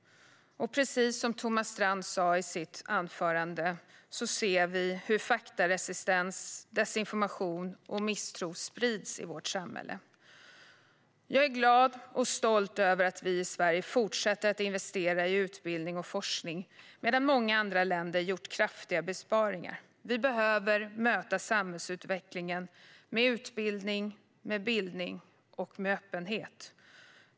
Precis som Thomas Strand sa i sitt anförande ser vi att faktaresistens, desinformation och misstro sprids i vårt samhälle. Jag är glad och stolt över att vi i Sverige fortsätter att investera i utbildning och forskning medan många andra länder gjort kraftiga besparingar. Vi behöver möta samhällsutvecklingen med utbildning, bildning och öppenhet.